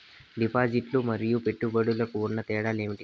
డిపాజిట్లు లు మరియు పెట్టుబడులకు ఉన్న తేడాలు ఏమేమీ?